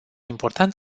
important